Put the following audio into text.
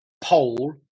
pole